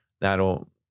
That'll